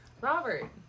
Robert